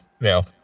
No